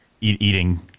eating